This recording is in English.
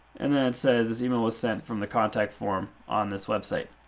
and then it says, this email is sent from the contact form on this website.